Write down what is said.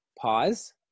pause